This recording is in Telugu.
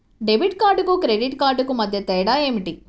డెబిట్ కార్డుకు క్రెడిట్ క్రెడిట్ కార్డుకు మధ్య తేడా ఏమిటీ?